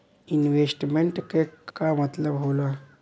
Investment क का मतलब हो ला?